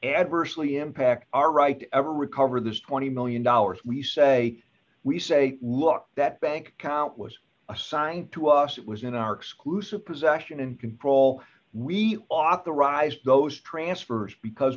adversely impact our right to recover this twenty million dollars we say we say look that bank account was assigned to us it was in our exclusive possession and control we authorized those transfers because